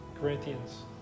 Corinthians